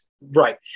Right